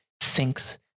thinks